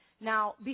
Now